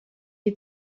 die